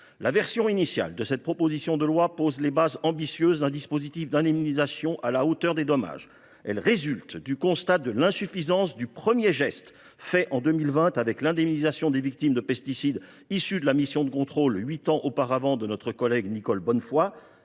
La version initiale de cette proposition de loi pose les bases ambitieuses d’un dispositif d’indemnisation à la hauteur des dommages ; elle résulte du constat de l’insuffisance du premier geste fait en 2020 avec l’indemnisation des victimes de pesticides, fruit de la mission de contrôle menée huit ans plus tôt par notre collègue Nicole Bonnefoy.